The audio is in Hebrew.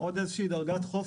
עוד איזו שהיא דרגת חופש.